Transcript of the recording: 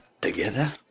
together